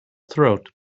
throat